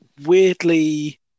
Weirdly